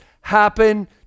happen